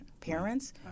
parents